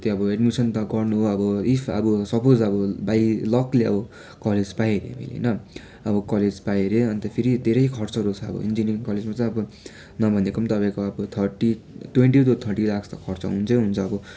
त्यहाँ अब एडमिसन त गर्न इफ अब सपोज अब बाइ लकले अब कलेज पाएँ मैले अब होइन म कलेज पाएँ अरे अन्त फेरि धेरै खर्चहेरू छ अब इन्जिनियरिङ कलेजमा चाहिँ अब नभनेको तपाईँको अब thirty twenty to thirty lakhs त अब खर्च हुन्छै हुन्छै अब